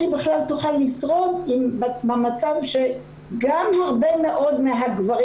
בכלל היא תוכל לשרוד במצב שגם הרבה מאוד מהגברים